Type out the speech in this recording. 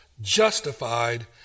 justified